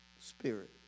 spirit